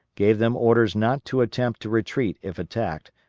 gave them orders not to attempt to retreat if attacked,